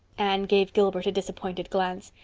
anne gave gilbert a disappointed glance.